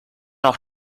noch